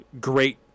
great